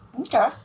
Okay